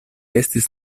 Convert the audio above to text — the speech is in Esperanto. estis